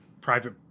private